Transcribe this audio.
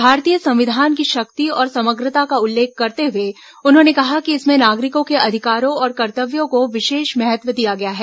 भारतीय संविधान की शक्ति और समग्रता का उल्लेख करते हुए उन्होंने कहा कि इसमें नागरिकों के अधिकारों और कर्तव्यों को विशेष महत्व दिया गया है